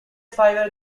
fibre